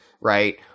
right